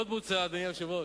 עוד מוצע, אדוני היושב-ראש,